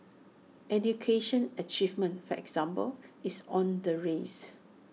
education achievement for example is on the rise